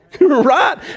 Right